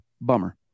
Bummer